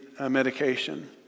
medication